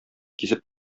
кисеп